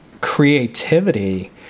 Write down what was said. creativity